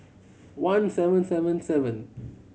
one seven seven seven